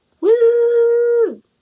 Woo